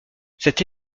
cette